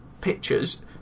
pictures